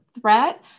threat